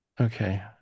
Okay